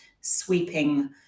sweeping